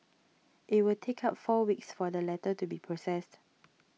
it will take up four weeks for the letter to be processed